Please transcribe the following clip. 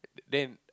then